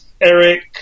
Eric